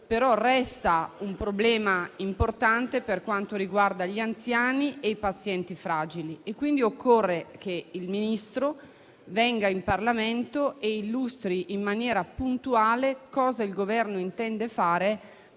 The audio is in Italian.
resta un problema importante che riguarda gli anziani e i pazienti fragili. Occorre quindi che il Ministro venga in Parlamento e illustri in maniera puntuale cosa il Governo intende fare